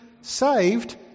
saved